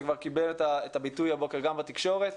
זה כבר קיבל את הביטוי הבוקר גם בתקשורת.